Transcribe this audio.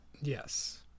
Yes